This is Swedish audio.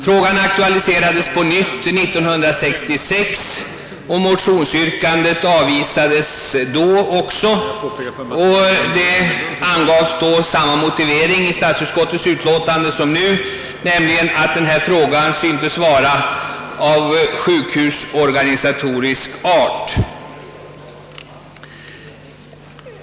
Frågan aktualiserades på nytt år 1966, men motionsyrkandet avvisades också då. Samma motivering angavs i statsutskottets utlåtande då som nu, nämligen att denna fråga syntes vara av sjukhusorganisatorisk art.